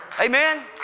Amen